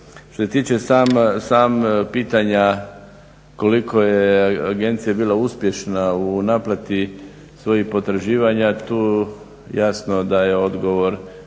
Što se tiče samog pitanja koliko je agencija bila uspješna u naplati svojih potraživanja, tu jasno da je odgovor